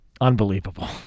Unbelievable